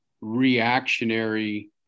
reactionary